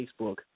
Facebook